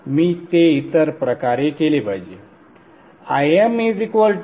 मी ते इतर प्रकारे केले पाहिजे ImIrmsKf